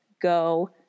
Go